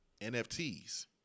NFTs